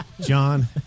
john